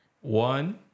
one